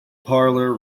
parlour